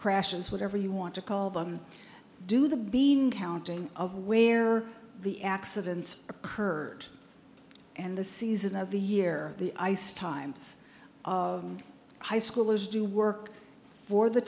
crashes whatever you want to call them do the bean counting of where the accidents occurred and the season of the year the ice times of high schoolers do work for the